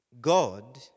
God